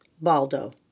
Baldo